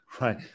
right